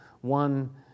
one